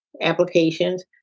applications